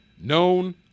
known